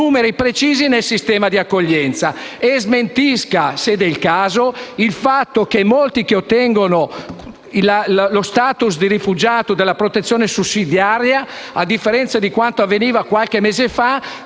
numeri precisi del sistema di accoglienza. E smentisca, se del caso, il fatto che molti che ottengono lo *status* di rifugiato o la protezione sussidiaria - a differenza di quanto avveniva qualche mese fa